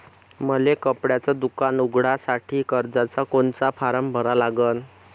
मले कपड्याच दुकान उघडासाठी कर्जाचा कोनचा फारम भरा लागन?